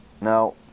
Now